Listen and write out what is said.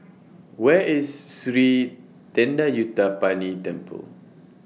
Where IS Sri Thendayuthapani Temple